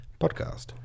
podcast